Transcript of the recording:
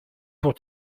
pour